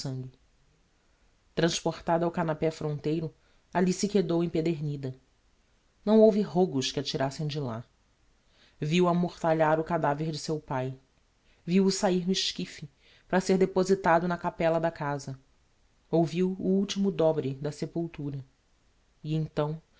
sangue transportada ao canapé fronteiro alli se quedou empedernida não houve rogos que a tirassem de lá viu amortalhar o cadaver de seu pai viu-o sahir no esquife para ser depositado na capella da casa ouviu o ultimo dobre da sepultura e então